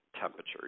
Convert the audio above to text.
temperature